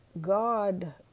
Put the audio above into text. God